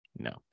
no